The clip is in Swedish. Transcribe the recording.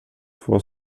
två